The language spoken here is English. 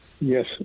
Yes